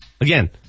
Again